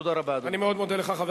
תודה רבה, אדוני.